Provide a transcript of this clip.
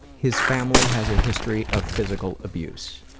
his family has a history of physical abuse.